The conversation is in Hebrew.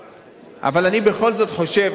אבל אני בכל זאת חושב,